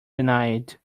denied